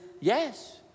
yes